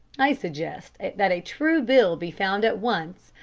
i suggest that a true bill be found at once,